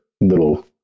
little